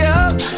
up